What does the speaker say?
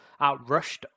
outrushed